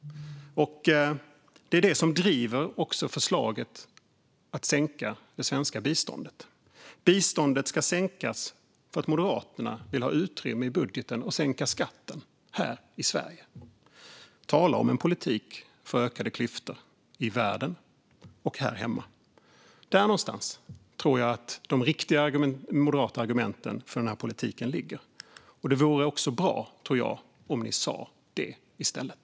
Det är detta som driver förslaget om att sänka det svenska biståndet. Biståndet ska sänkas för att Moderaterna vill ha utrymme i budgeten för att sänka skatten här i Sverige. Tala om en politik för ökade klyftor i världen och här hemma! Där någonstans tror jag att de verkliga moderata argumenten för denna politik ligger. Jag tror att det också vore bra om ni sa det i stället.